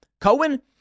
Cohen